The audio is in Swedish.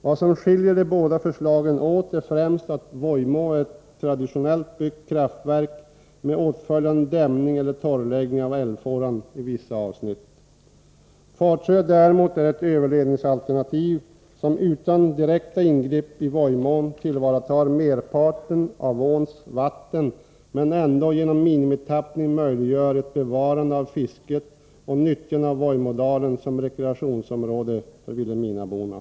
Vad som skiljer de båda förslagen åt är främst att Vojmå är ett traditionellt byggt kraftverk med åtföljande dämning eller torrläggning av älvfåran i vissa avsnitt. Fatsjö däremot är ett överledningsalternativ som utan direkta ingrepp i Vojmån tillvaratar merparten av åns vatten, men ändock genom minimitappning möjliggör ett bevarande av fisket och nyttjande av Vojmådalen som rekreationsområde för vilhelminaborna.